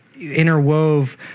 interwove